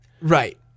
Right